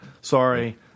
Sorry